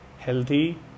healthy